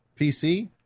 PC